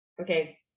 okay